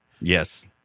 Yes